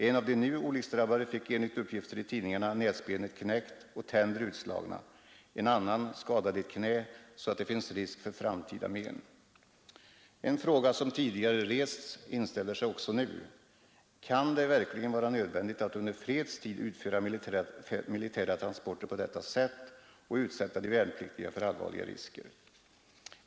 En av de nu olycksdrabbade fick enligt uppgifter i tidningarna näsbenet knäckt och tänder utslagna, en annan skadade ett knä så att det finns risk för framtida men. En fråga som tidigare rests inställer sig också nu: Kan det verkligen vara nödvändigt att under fredstid utföra militära transporter på detta sätt och utsätta de värnpliktiga för allvarliga risker?